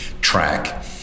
track